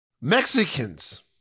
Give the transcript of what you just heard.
Mexicans